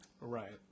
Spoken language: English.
Right